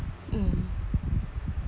mm